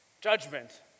Judgment